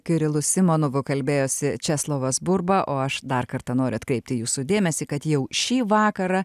kirilu simonovų kalbėjosi česlovas burba o aš dar kartą noriu atkreipti jūsų dėmesį kad jau šį vakarą